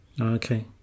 Okay